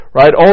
right